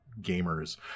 gamers